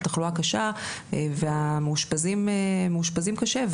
התחלואה הקשה והמאושפזים קשה,